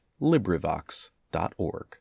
LibriVox.org